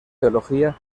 teología